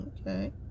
Okay